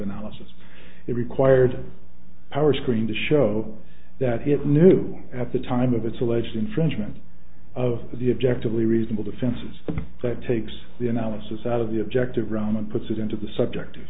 analysis it required our screen to show that he knew at the time of its alleged infringement of the object of lee reasonable defenses that takes the analysis out of the objective realm and puts it into the subjective